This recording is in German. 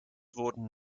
wurden